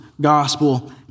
gospel